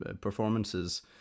performances